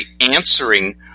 answering